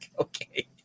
okay